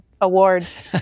awards